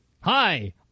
Hi